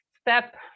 step